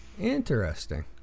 Interesting